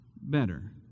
better